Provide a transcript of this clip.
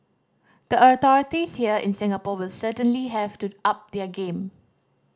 the authorities here in Singapore will certainly have to up their game